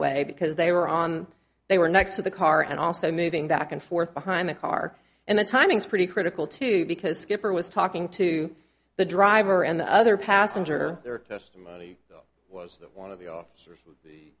way because they were on they were next to the car and also moving back and forth behind the car and the timing is pretty critical too because skipper was talking to the driver and the other passenger their testimony was that one of the officers